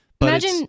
Imagine